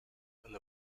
and